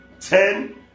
Ten